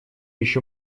еще